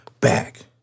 back